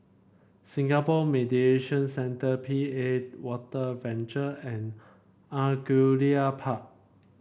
Singapore Mediation Centre P A Water Venture and Angullia Park